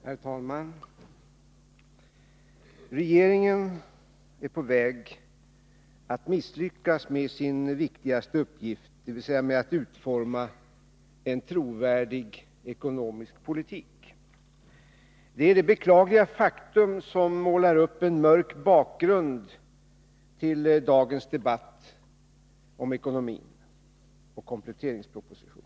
Herr talman! Regeringen är på väg att misslyckas med sin viktigaste uppgift, dvs. med att utforma en trovärdig ekonomisk politik. Detta är det beklagliga faktum som målar upp en mörk bakgrund till dagens debatt om ekonomin och kompletteringspropositionen.